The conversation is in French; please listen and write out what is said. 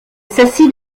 s’assit